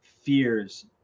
fears